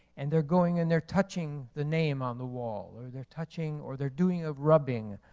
and they're going and they're touching the name on the wall. or they're touching, or they're doing a rubbing,